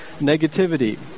negativity